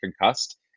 concussed